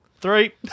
Three